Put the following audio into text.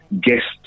guests